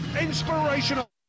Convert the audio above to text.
inspirational